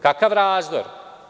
Kakav razdor?